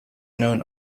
known